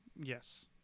Yes